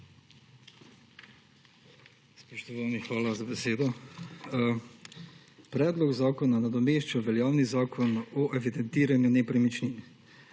Spoštovani, hvala za besedo. Predlog zakona nadomešča veljavni Zakon o evidentiranju nepremičnin.